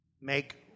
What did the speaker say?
Make